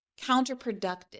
counterproductive